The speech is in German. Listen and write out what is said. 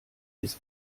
bis